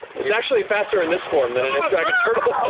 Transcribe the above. it's actually faster in this form than it is dragon turtle